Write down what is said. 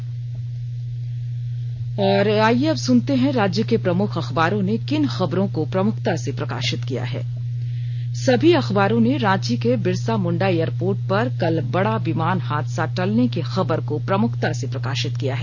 अब अखबारों की सुर्खियां और आईये अब सुनते हैं राज्य के प्रमुख अखबारों ने किन खबरों को प्रमुखता से प्रकाशित किया है सभी अखबारों ने रांची के बिरसा मुण्डा एयरपोर्ट पर कल बड़ा विमान हादसा टलने की खबर को प्रमुखता से प्रकाशित किया है